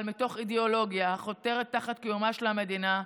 מתוך אידיאולוגיה החותרת תחת קיומה של המדינה,